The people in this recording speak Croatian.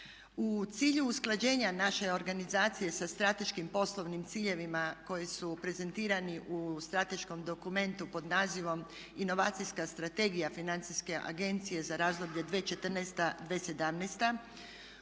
u cilju usklađenja naše organizacije sa strateškim poslovnim ciljevima koji su prezentirani u strateškom dokumentu pod nazivom "Inovacijska strategija Financijske agencije za razdoblje 2014.-2017."